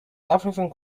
everything